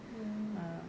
mm